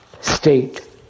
state